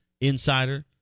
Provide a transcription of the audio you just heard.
insider